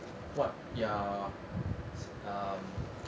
what you are um